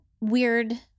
weird